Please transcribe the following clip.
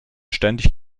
ständig